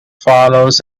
follows